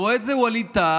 רואה את זה ווליד טאהא,